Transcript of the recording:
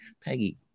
Peggy